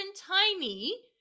tiny